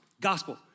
gospel